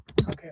Okay